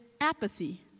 apathy